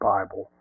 Bible